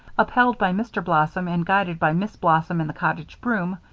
upheld by mr. blossom and guided by miss blossom and the cottage broom,